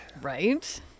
Right